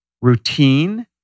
routine